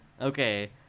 Okay